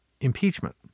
impeachment